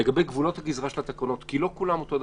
גבולות הגזרה של התקנות, לא כולן אותו דבר.